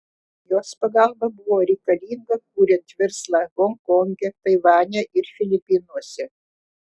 jos pagalba buvo reikalinga kuriant verslą honkonge taivane ir filipinuose